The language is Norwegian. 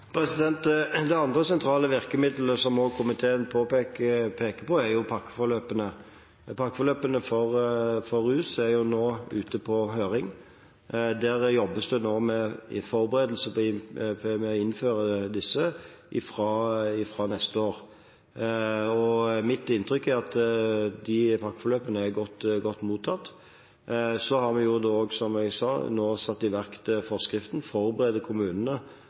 Det andre sentrale virkemiddelet, som også komiteen peker på, er pakkeforløpene. Pakkeforløpene for rus er nå ute på høring. Der jobbes det nå med forberedelse til å innføre disse fra neste år. Mitt inntrykk er at de pakkeforløpene er godt mottatt. Vi har, som jeg sa, også satt i verk forskriften og forbereder kommunene